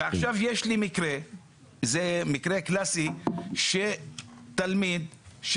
ועכשיו יש לי מקרה קלאסי של תלמיד מהיישוב